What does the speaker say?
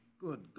Good